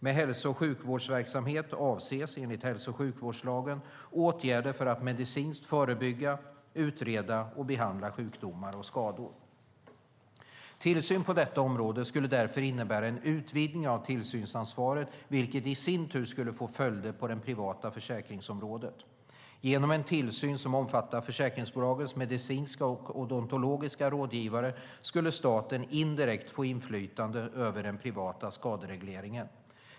Med hälso och sjukvårdsverksamhet avses, enligt hälso och sjukvårdslagen, åtgärder för att medicinskt förebygga, utreda och behandla sjukdomar och skador. Tillsyn på detta område skulle därför innebära en utvidgning av tillsynsansvaret vilket i sin tur skulle få följder på det privata försäkringsområdet. Genom en tillsyn som omfattar försäkringsbolagens medicinska och odontologiska rådgivare skulle staten indirekt få inflytande över den privata skaderegleringen.